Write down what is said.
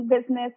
business